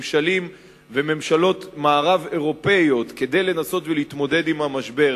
וממשלות מערב-אירופיות כדי לנסות ולהתמודד עם המשבר,